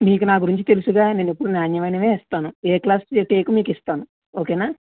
మీకు నాగురించి తెలుసుగా నేను ఎప్పుడు నాణ్యమైనవే ఇస్తాను ఎ క్లాసు టేకు మీకిస్తాను ఓకేనా